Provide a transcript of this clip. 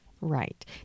right